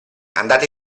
andate